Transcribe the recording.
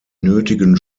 nötigen